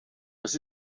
das